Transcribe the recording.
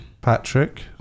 Patrick